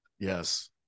yes